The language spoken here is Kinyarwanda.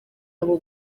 abo